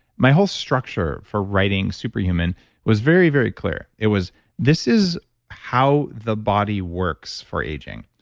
my whole structure for writing super human was very, very clear. it was this is how the body works for aging.